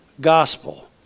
gospel